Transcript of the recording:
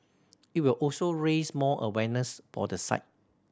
it will also raise more awareness for the site